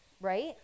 right